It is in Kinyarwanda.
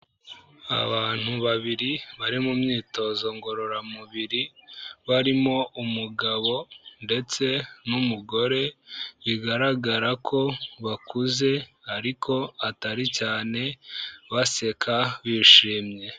Abantu babiri bari mu myitozo ngororamubiri, barimo umugabo ndetse n'umugore, bigaragara ko bakuze ariko atari cyane, baseka bishimye.